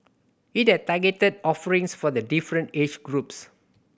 it has targeted offerings for the different age groups